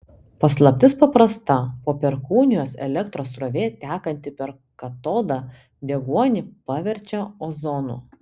paslaptis paprasta po perkūnijos elektros srovė tekanti per katodą deguonį paverčia ozonu